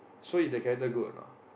so is the character good or not